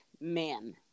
men